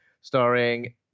starring